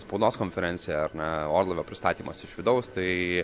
spaudos konferencija ar ne orlaivio pristatymas iš vidaus tai